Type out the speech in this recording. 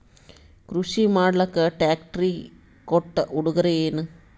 ಕೃಷಿ ಮಾಡಲಾಕ ಟ್ರಾಕ್ಟರಿ ಕೊಟ್ಟ ಉಡುಗೊರೆಯೇನ?